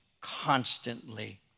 constantly